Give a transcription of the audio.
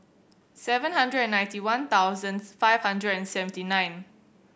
seven hundred and ninety one thousands five hundred and seventy nine